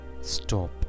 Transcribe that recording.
stop